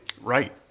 Right